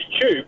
tube